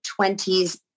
20s